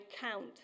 count